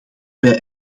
wij